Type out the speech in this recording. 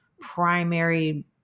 primary